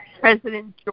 President